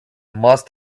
must